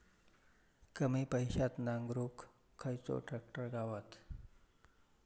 कमी पैशात नांगरुक खयचो ट्रॅक्टर गावात?